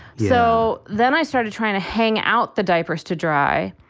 so then i started trying to hang out the diapers to dry.